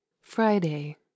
Friday